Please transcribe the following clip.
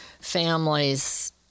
families